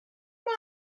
mae